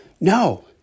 no